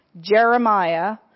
Jeremiah